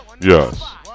Yes